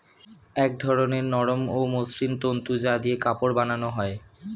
এক ধরনের নরম ও মসৃণ তন্তু যা দিয়ে কাপড় বানানো হয়